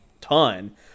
ton